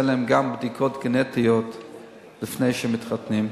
גם להם בדיקות גנטיות לפני שהם מתחתנים,